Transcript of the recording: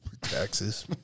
Taxes